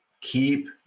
keep